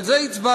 על זה הצבענו